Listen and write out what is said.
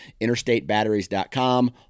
InterstateBatteries.com